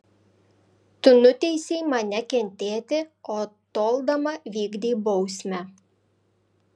tu nuteisei mane kentėti o toldama vykdei bausmę